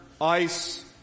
ice